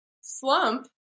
slump